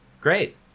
Great